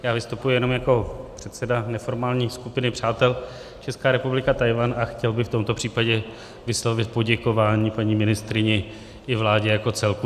Já vystupuji jenom jako předseda neformální skupiny přátel Česká republika Tchajwan a chtěl bych v tomto případě vyslovit poděkování paní ministryni i vládě jako celku.